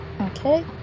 Okay